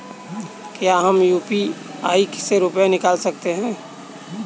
क्या हम यू.पी.आई से रुपये निकाल सकते हैं?